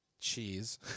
Cheese